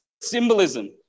symbolism